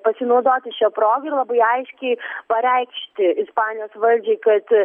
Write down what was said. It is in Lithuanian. pasinaudoti šia proga ir labai aiškiai pareikšti ispanijos valdžiai kad